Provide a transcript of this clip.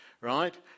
right